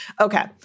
Okay